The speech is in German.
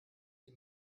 die